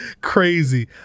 Crazy